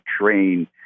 train